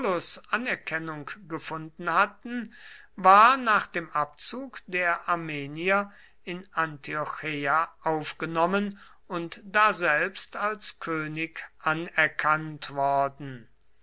anerkennung gefunden hatten war nach dem abzug der armenier in antiocheia aufgenommen und daselbst als könig anerkannt worden